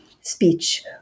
speech